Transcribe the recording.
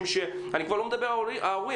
ואני כבר לא מדבר על ההורים,